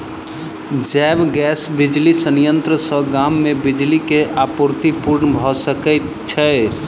जैव गैस बिजली संयंत्र सॅ गाम मे बिजली के आपूर्ति पूर्ण भ सकैत छै